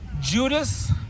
Judas